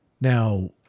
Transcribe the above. Now